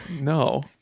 No